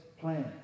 plan